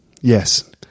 Yes